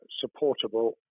supportable